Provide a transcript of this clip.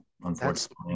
unfortunately